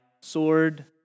sword